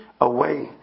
away